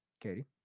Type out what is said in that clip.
Katie